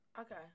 Okay